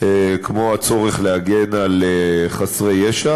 כמו הצורך להגן על חסרי ישע.